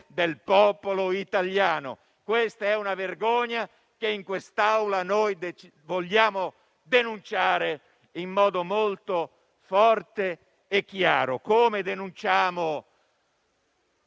del popolo italiano. È una vergogna che in quest'Aula noi vogliamo denunciare in modo molto forte e chiaro. Come denunciamo